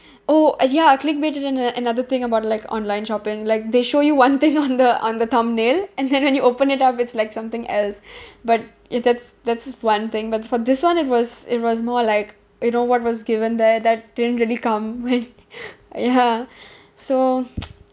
oh eh ya click baited and uh another thing about like online shopping like they show you one thing on the on the thumbnail and then when you open it up it's like something else but it that's that's one thing but for this one it was it was more like you know what was given there that didn't really come when ya so